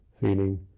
feeling